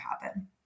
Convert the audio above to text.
happen